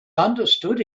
understood